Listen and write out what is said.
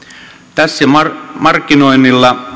tässä markkinoinnilla